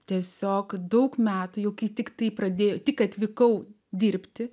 tiesiog daug metų juk tiktai pradėjo tik atvykau dirbti